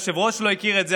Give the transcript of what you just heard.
היושב-ראש לא הכיר את זה,